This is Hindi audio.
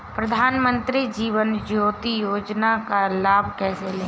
प्रधानमंत्री जीवन ज्योति योजना का लाभ कैसे लें?